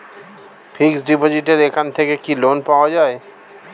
Fix ডিপোজিটের এখান থেকে কি লোন পাওয়া যায়?